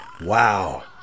Wow